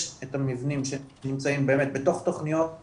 יש את המבנים שנמצאים באמת בתוך שכונות קיימות,